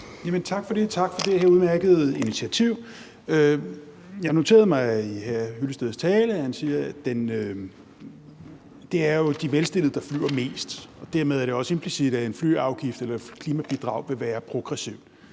tak for det her udmærkede initiativ. Jeg noterede mig ved hr. Henning Hyllesteds tale, at han sagde, at det jo er de velstillede, der flyver mest. Dermed er det også implicit, at en flyafgift eller et klimabidrag vil være progressivt.